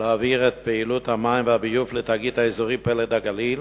להעביר את פעילות המים והביוב לתאגיד האזורי "פלג הגליל"